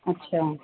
ਅੱਛਾ